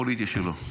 פוליטי שלו.